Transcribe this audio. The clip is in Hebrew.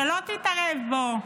שלא תתערב בו,